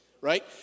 right